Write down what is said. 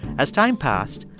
as time passed,